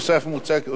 שאותו יזמה הוועדה,